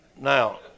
Now